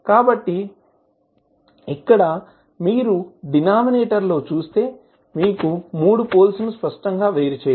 కాబట్టి ఇక్కడ మీరు డినామినేటర్ లో చూస్తే మీరు మూడు పోల్స్ ను స్పష్టంగా వేరు చేయవచ్చు